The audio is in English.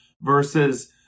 versus